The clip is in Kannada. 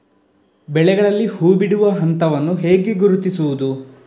ಬೆಳೆಗಳಲ್ಲಿ ಹೂಬಿಡುವ ಹಂತವನ್ನು ಹೇಗೆ ಗುರುತಿಸುವುದು?